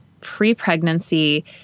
pre-pregnancy